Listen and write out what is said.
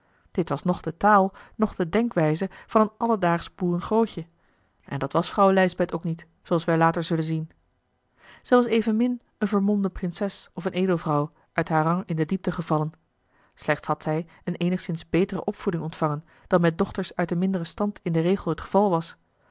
dit was noch de taal noch de denkwijze van een alledaagsch boeren grootje en dat was vrouw lijsbeth ook niet zooals wij later zullen zien zij was evenmin eene vermomde prinses of eene edelvrouw uit haar rang in de diepte gevallen slechts had zij eene eenigszins betere opvoeding ontvangen dan met dochters uit den minderen stand in den regel het geval was